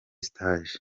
stage